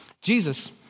Jesus